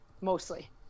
mostly